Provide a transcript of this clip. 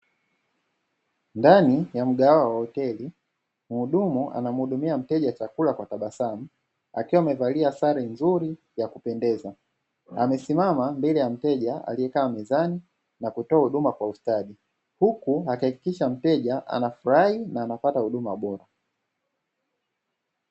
Ndani ya mgahawa wa hoteli muhudumu anamuhudumia mteja chakula kwa tabasamu, akiwa amevalia sare nzuri ya kupendeza, amesimama mbele ya mteja aliyekaa mezani na kutoa huduma kwa ustadi, huku akihakikisha mteja anafurahi na anapata huduma bora.